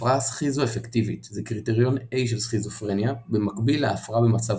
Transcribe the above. הפרעה סכיזואפקטיבית זה קריטריון A של סכיזופרניה במקביל להפרעה במצב